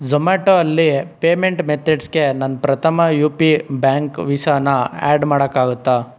Zomato ಅಲ್ಲಿ payment ಮೆತೆಡ್ಸ್ಗೆ ನನ್ನ ಪ್ರಥಮ ಯು ಪಿ ಬ್ಯಾಂಕ್ ವೀಸಾನ ಆ್ಯಡ್ ಮಾಡೋಕ್ಕಾಗುತ್ತ